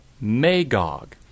Magog